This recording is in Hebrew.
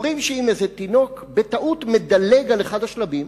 אומרים שאם איזה תינוק בטעות מדלג על אחד השלבים,